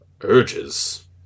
urges